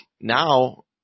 now